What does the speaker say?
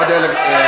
תכבד אותה.